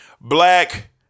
Black